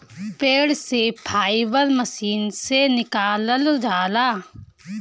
पेड़ से fibre machine से निकालल जाला